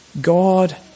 God